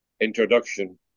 introduction